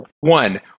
One